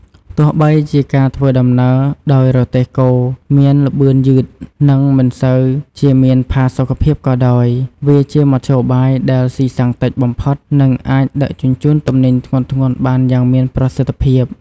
ទោះបីជាការធ្វើដំណើរដោយរទេះគោមានល្បឿនយឺត និងមិនសូវជាមានផាសុកភាពក៏ដោយ វាជាមធ្យោបាយដែលស៊ីសាំងតិចបំផុតនិងអាចដឹកជញ្ជូនទំនិញធ្ងន់ៗបានយ៉ាងមានប្រសិទ្ធភាព។